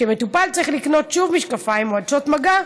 כשמטופל צריך לקנות שוב משקפיים או עדשות מגע,